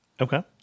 Okay